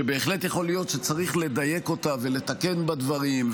שבהחלט יכול להיות שצריך לדייק אותה ולתקן בה דברים,